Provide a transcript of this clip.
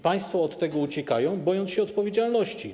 Państwo od tego uciekają, bojąc się odpowiedzialności.